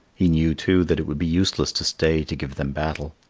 he knew too that it would be useless to stay to give them battle.